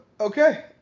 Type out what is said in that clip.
okay